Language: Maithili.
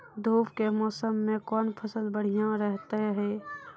धूप के मौसम मे कौन फसल बढ़िया रहतै हैं?